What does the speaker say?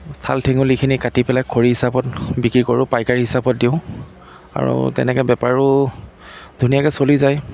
ঠাল ঠেঙুলিখিনি কাতি পেলাই খৰি হিচাপত বিক্ৰী কৰোঁ পাইকাৰি হিচাপত দিওঁ আৰু তেনেকৈ বেপাৰো ধুনীয়াকৈ চলি যায়